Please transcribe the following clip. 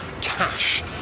cash